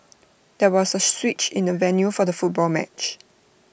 there was A switch in the venue for the football match